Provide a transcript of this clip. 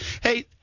Hey